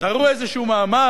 תראו איזה מאמץ,